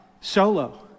solo